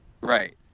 Right